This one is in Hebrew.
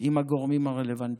עם הגורמים הרלוונטיים.